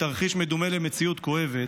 מתרחיש מדומה למציאות כואבת.